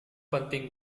penting